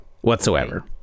whatsoever